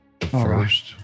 first